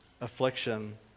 affliction